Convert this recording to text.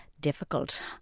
difficult